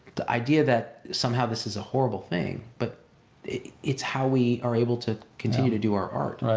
the idea that somehow this is a horrible thing, but it's how we are able to continue to do our art. right.